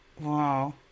Wow